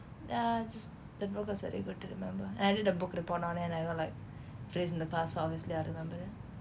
ah just the book was already good to remember and I did a book report on it and I got like praise and the pass obviously I remember it